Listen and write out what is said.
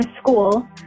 school